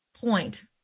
point